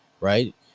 Right